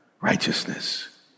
righteousness